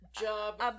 job